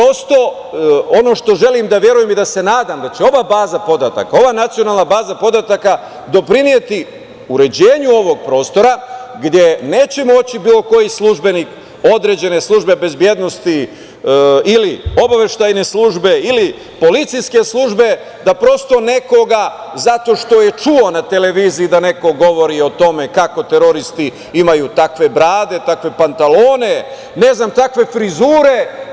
Ono što želim da verujem i da se nadam, da će ova baza podataka, ova nacionalna baza podataka doprineti uređenju ovog prostora, gde neće moći bilo koji službenik određene službe bezbednosti ili obaveštajne službe ili policijske službe da prosto nekoga zato što je čuo na televiziji da neko govori o tome kako teroristi imaju takve brade, takve pantalone, ne znam kakve frizure.